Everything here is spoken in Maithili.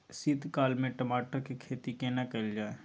शीत काल में टमाटर के खेती केना कैल जाय?